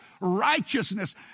righteousness